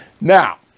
Now